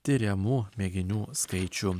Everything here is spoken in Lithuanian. tiriamų mėginių skaičių